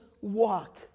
walk